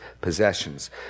possessions